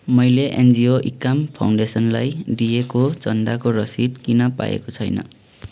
मैले एनजिओ इकाम फाउन्डेसनलाई दिएको चन्दाको रसिद किन पाएको छैन